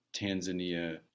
Tanzania